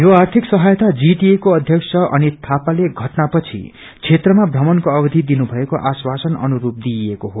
यो आर्थिक सहायता जीटिए को अध्यक्ष अनित थापाले षटना पछि क्षेत्रामा प्रमणको अवधि दिनुभएको आश्वासन अनुरू दिइएको हो